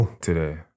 today